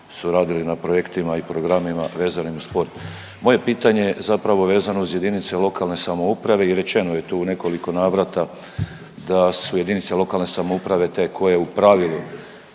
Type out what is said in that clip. su radili na projektima i programima vezanim uz sport. Moje pitanje zapravo je vezano uz jedinice lokalne samouprave i rečeno je tu u nekoliko navrata da su jedinice lokalne samouprave te koje u pravilu